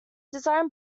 design